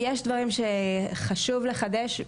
אני חושבת שיש דברים שחשוב לחדש.